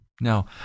Now